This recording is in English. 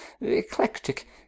eclectic